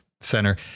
center